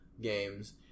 games